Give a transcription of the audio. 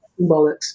bollocks